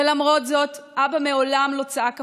ולמרות זאת אבא מעולם לא צעק "אפליה"